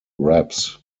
raps